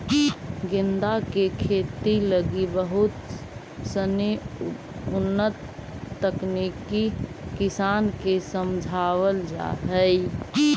गेंदा के खेती लगी बहुत सनी उन्नत तकनीक किसान के समझावल जा हइ